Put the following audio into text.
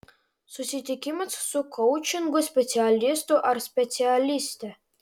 susitikimas su koučingo specialistu ar specialiste